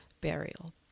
burial